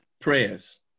Prayers